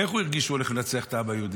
איך הוא הרגיש שהוא הולך לנצח את העם היהודי?